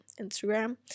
instagram